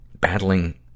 battling